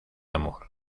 amor